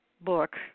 book